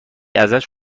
ازش